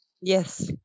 Yes